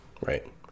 right